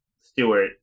Stewart